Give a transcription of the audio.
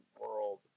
world